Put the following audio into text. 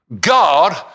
God